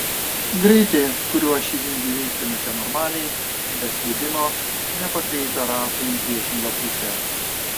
greitį kuriuo šį vingį įveiktumėme normaliai be slydimo nepakreipę ratų į priešingą pusę